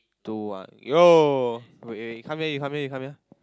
to ah yo wait wait you come here you come here you come here